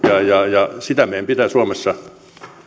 ja sitä meidän pitää suomessa